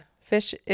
Fish